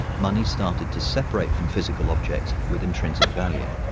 money started to separate from physical objects with intrinsic value.